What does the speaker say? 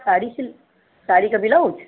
साड़ी सिल साड़ी का बिलाउज